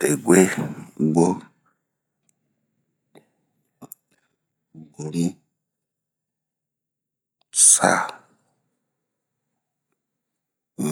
degwe, gwo, bonu, saa,